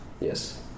Yes